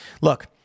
Look